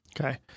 Okay